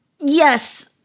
Yes